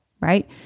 right